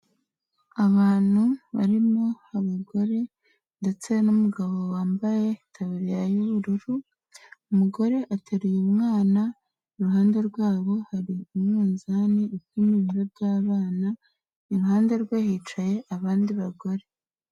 Abantu barimo abagore ndetse n'umugabo wambaye itaburiya y'ubururu, umugore ateruye umwana, iruhande rwabo hari umunzani upima ibiro by'abana, iruhande rwe hicaye abandi bagore.